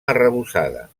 arrebossada